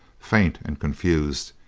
faint and confused,